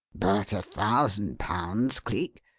but a thousand pounds, cleek!